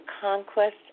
conquest